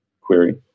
query